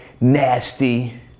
nasty